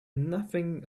nothing